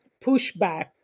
pushback